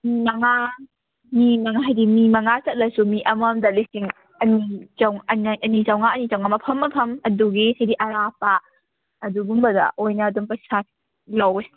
ꯃꯤ ꯃꯉꯥ ꯃꯤ ꯃꯉꯥ ꯍꯥꯏꯗꯤ ꯃꯤ ꯃꯉꯥ ꯆꯠꯂꯁꯨ ꯃꯤ ꯑꯃꯃꯝꯗ ꯂꯤꯁꯤꯡ ꯑꯅꯤ ꯑꯅꯤ ꯆꯥꯝꯃꯉꯥ ꯑꯅꯤ ꯆꯥꯝꯃꯉꯥ ꯃꯐꯝ ꯃꯐꯝ ꯑꯗꯨꯒꯤ ꯍꯥꯏꯗꯤ ꯑꯔꯥꯞꯄ ꯑꯗꯨꯒꯨꯝꯕꯗ ꯑꯣꯏꯅ ꯑꯗꯨꯝ ꯄꯩꯁꯥ ꯂꯧꯋꯤ